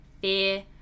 fear